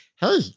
Hey